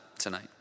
tonight